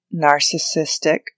narcissistic